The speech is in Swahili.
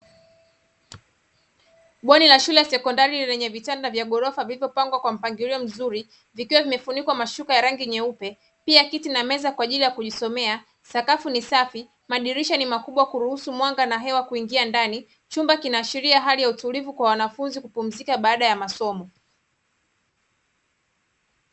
Bweni la shule ya sekondari lenye vitanda vya gorofa vilivyopangwa kwa mpangilio mzuri, vikiwa vimefunikwa mashuka ya rangi nyeupe, pia kiti na meza kwaajili ya kujiombea. Sakafu ni safi, madirisha ni makubwa kuruhusu mwanga na hewa kuingia ndani, chumba kinaashiria hali ya utulivu kwa wanafunzi kupumzika baada ya masomo.